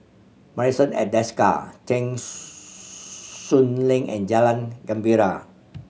Marrison at Desker Cheng Soon Lane and Jalan Gembira